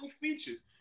features